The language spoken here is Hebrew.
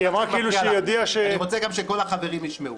כי היא אמרה כאילו שהיא הודיעה --- אני רוצה גם שכל החברים ישמעו.